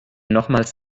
nochmals